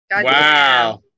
Wow